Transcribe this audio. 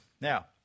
Now